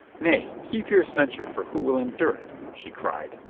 nay, keep your censure for who will endure it! she cried.